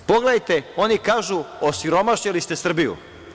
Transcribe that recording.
Pogledajte, oni kažu – osiromašili ste Srbiju.